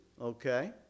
okay